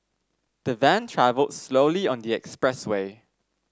the van travelled slowly on the expressway